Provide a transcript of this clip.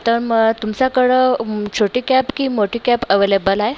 तर मग तुमच्याकडं छोटी कॅब की मोठी कॅब अवलेबल आहे